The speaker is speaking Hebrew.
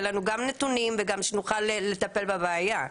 לנו גם נתונים וגם שנוכל לטפל בבעיה.